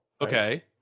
Okay